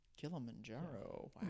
Kilimanjaro